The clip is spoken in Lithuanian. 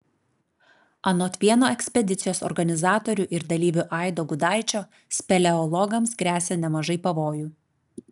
anot vieno ekspedicijos organizatorių ir dalyvių aido gudaičio speleologams gresia nemažai pavojų